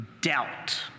doubt